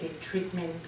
treatment